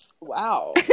wow